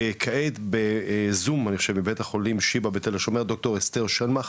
כעת, בזום מבית החולים שיבא, דר' אסתר שלמק,